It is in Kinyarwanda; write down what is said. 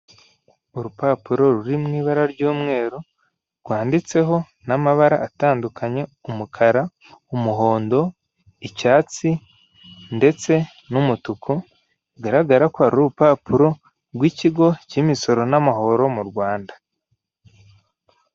Urupapuro ruri mu ibara ry'umweru rwanditseho n'amabara atandukanye; umukara, umuhondo, icyatsi ndetse n'umutuku. Bigaragara ko ari urupapuro rw'ikigo cy'imisoro n'amahoro mu Rwanda.